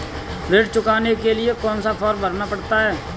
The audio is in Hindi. ऋण चुकाने के लिए कौन सा फॉर्म भरना पड़ता है?